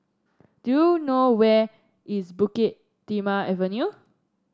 do you know where is Bukit Timah Avenue